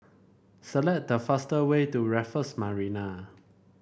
select the fast way to Raffles Marina